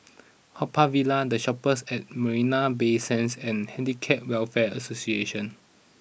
Haw Par Villa The Shoppes at Marina Bay Sands and Handicap Welfare Association